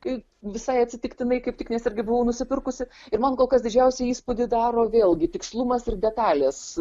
kai visai atsitiktinai kaip tik nes irgi buvau nusipirkusi ir man kol kas didžiausią įspūdį daro vėlgi tikslumas ir detalės